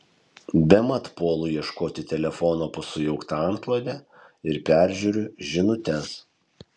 bemat puolu ieškoti telefono po sujaukta antklode ir peržiūriu žinutes